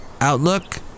outlook